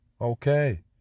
Okay